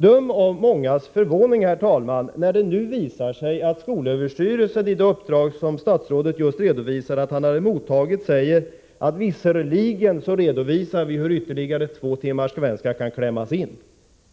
Döm om mångas förvåning, herr talman, när det nu visar sig att skolöverstyrelsen i den redovisning av uppdraget som statsrådet just meddelade att han mottagit visserligen anger hur ytterligare två timmar svenska kan klämmas in